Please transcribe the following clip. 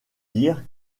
dire